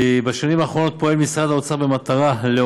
בשנים האחרונות פועל משרד האוצר לעודד,